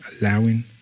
Allowing